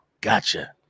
gotcha